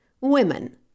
women